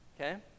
Okay